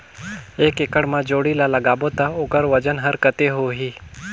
एक एकड़ मा जोणी ला लगाबो ता ओकर वजन हर कते होही?